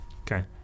Okay